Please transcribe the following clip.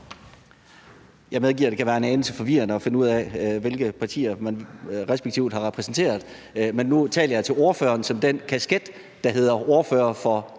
Jeg medgiver, at det kan være en anelse forvirrende at finde ud af, hvilke partier man hver især har repræsenteret. Men nu talte jeg til ordføreren med den kasket, der hedder ordfører for